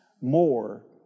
more